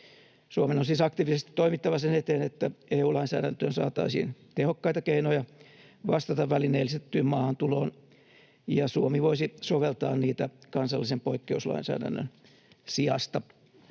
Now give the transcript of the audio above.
Suomen on siis aktiivisesti toimittava sen eteen, että EU-lainsäädäntöön saataisiin tehokkaita keinoja vastata välineellistettyyn maahantuloon ja Suomi voisi soveltaa niitä kansallisen poikkeuslainsäädännön sijasta.